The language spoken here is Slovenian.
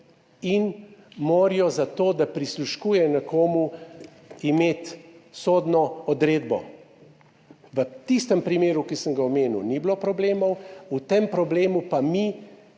in morajo za to, da prisluškuje nekomu, imeti sodno odredbo. V tistem primeru, ki sem ga omenil, ni bilo problemov, v tem problemu pa mi